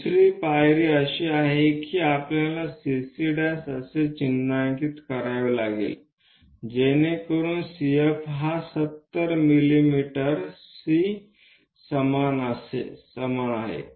दुसरी पायरी अशी आहे की आपल्याला CC' असे चिन्हांकित करावे लागेल जेणेकरून CF हा 70 मिमी सी समान आहे